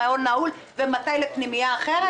למעון נעול או לפנימייה אחרת?